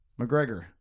McGregor